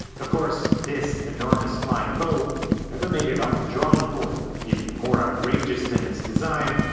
of course, this enormous flying boat never made it off the drawing board. even more outrageous than its design,